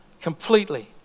completely